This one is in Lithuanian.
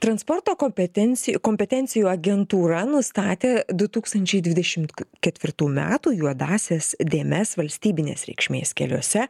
transporto kopetencijų kompetencijų agentūra nustatė du tūkstančiai dvidešimt ketvirtų metų juodąsias dėmes valstybinės reikšmės keliuose